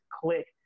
Click